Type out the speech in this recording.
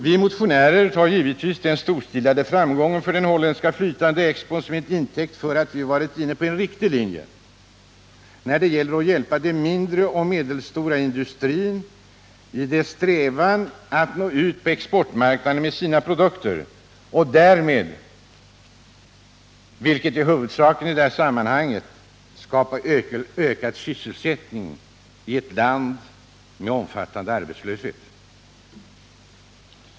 Vi motionärer tar den storstilade framgången för den holländska flytande expon som en intäkt för att vi varit inne på en riktig linje när det gäller att hjälpa den mindre och medelstora industrin i dess strävan att nå ut på exportmarknaden med sina produkter och därmed, vilket är huvudsaken i det här sammanhanget, skapa ökad sysselsättning i ett land med omfattande arbetslöshet.